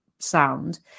sound